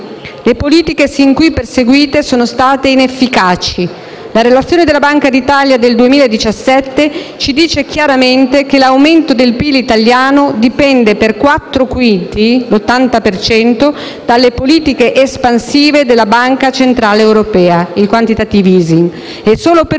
le politiche fin qui perseguite sono state inefficaci. La relazione della Banca d'Italia del 2017 ci dice chiaramente che l'aumento del PIL italiano dipende per quattro quinti, cioè per l'80 per cento, dalle politiche espansive della Banca centrale europea, il *quantitative easing*, e solo per un quinto